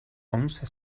once